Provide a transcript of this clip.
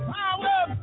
Power